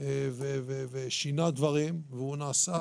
תורים ושינה דברים, והוא נעשה